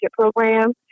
program